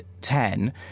ten